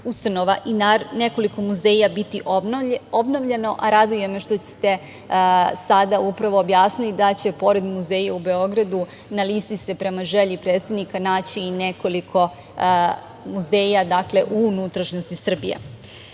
ustanova i nekoliko muzeja biti obnovljeno. Raduje me što ste sada upravo objasniti da će pored Muzeja u Beogradu na listi se prema želji predsednika naći i nekoliko muzeja u unutrašnjosti Srbije. Ovim